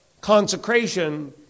consecration